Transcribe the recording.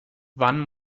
wann